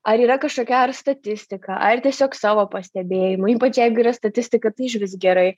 ar yra kažkokia ar statistika ar tiesiog savo pastebėjimai ypač jeigu yra statistika tai išvis gerai